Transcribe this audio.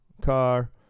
car